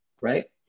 right